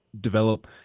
develop